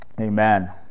Amen